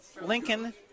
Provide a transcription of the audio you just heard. Lincoln